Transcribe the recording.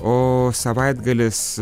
o savaitgalis